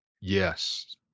Yes